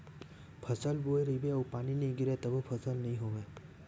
फसल बोए रहिबे अउ पानी नइ गिरिय तभो फसल नइ होवय